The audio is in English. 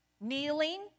kneeling